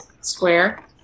square